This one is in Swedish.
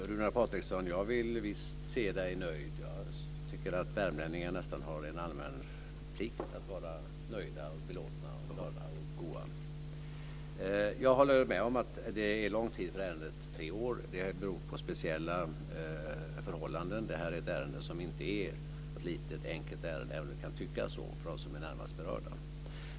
Fru talman! Jag vill visst se Runar Patriksson nöjd. Jag tycker att värmlänningar nästan har en allmän plikt att vara nöjda, belåtna, glada och goda. Jag håller med om att tre år är lång tid för ärendet. Det beror på speciella förhållanden. Det är inte något litet enkelt ärende, även om det kan tyckas så för dem som är närmast berörda.